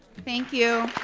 thank you.